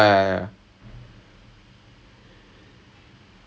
ya ya ya minimum we started rehearsals by now but